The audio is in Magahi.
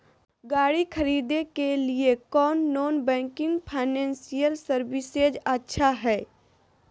गाड़ी खरीदे के लिए कौन नॉन बैंकिंग फाइनेंशियल सर्विसेज अच्छा है?